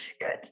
good